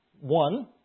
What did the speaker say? One